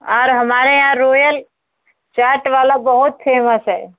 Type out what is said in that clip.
और हमारे यहाँ रोयल चाट वाला बहुत फेमस है